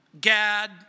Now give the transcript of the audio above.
Gad